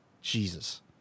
Jesus